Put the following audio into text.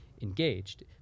Engaged